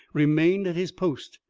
remained at his post,